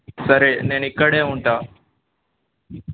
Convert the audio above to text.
సరే నేను ఇక్కడ ఉంటాను